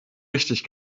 richtig